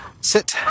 Sit